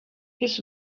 his